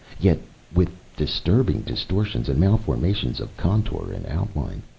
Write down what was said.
yet with disturbing distortions and malformations of contour and outline.